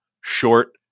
short